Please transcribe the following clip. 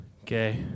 Okay